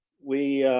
we